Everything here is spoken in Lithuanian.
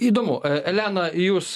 įdomu elena jūs